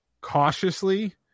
cautiously